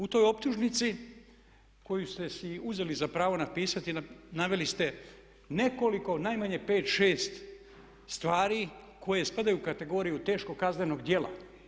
U toj optužnici koju ste si uzeli za pravo napisati naveli ste nekoliko, najmanje pet, šest stvari koje ispadaju u kategoriju teškog kaznenog djela.